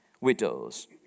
widows